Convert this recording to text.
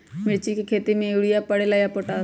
मिर्ची के खेती में यूरिया परेला या पोटाश?